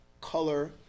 color